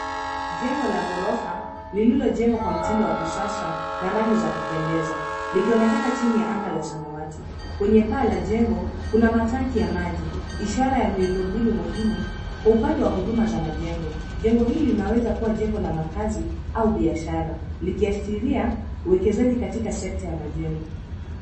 Jengo la ghorofa lililojengwa kwa mtindo wa kisasa na rangi za kupendeza, likionekana jini ya angaa samawati, kwenye paa la jengo kuna matanki ya maji ishara ya miundobinu muhimu kwa upande wa huduma za majengo. Jengo hili linaweza kuwa jengo la makazi au biashara likiasheria uwekezaji katika sekta ya majengo.